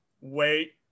wait